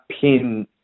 pin